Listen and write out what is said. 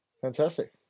Fantastic